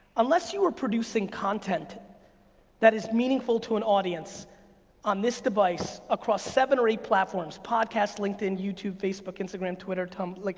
unless you are producing content that is meaningful to an audience on this device across seven or eight platforms, podcast, linkedin, youtube, facebook, instagram, twitter, tumbler. like